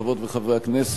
חברות וחברי הכנסת,